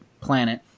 planet